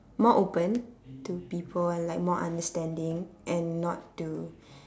more open to people and like more understanding and not to